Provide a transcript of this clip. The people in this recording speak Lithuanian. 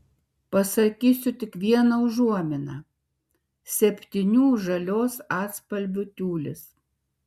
pasakysiu tik vieną užuominą septynių žalios atspalvių tiulis